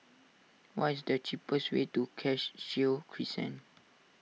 what is the cheapest way to Cashew Crescent